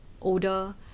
older